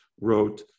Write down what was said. wrote